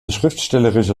schriftstellerische